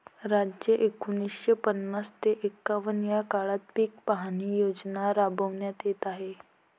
राज्यात एकोणीसशे पन्नास ते एकवन्न या काळात पीक पाहणी योजना राबविण्यात येत आहे